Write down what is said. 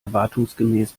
erwartungsgemäß